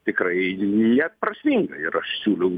tikrai neprasminga ir aš siūliau bi